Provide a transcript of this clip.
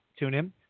TuneIn